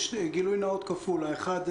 גילוי נאות כפול האחת,